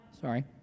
sorry